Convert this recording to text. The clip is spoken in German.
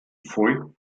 voigt